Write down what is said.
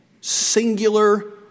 singular